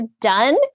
done